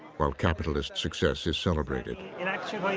while capitalist success is celebrated. and i'm